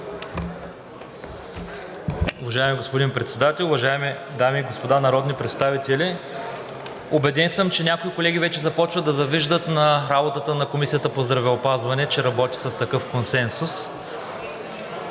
Уважаеми господин Председател, уважаеми дами и господа народни представители! Убеден съм, че някои колеги вече започват да завиждат на работата на Комисията по здравеопазване, че работи с такъв консенсус.